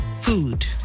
food